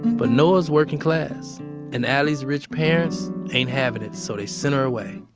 but noah's working-class and allie's rich parents ain't having it, so they send her away.